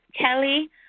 Kelly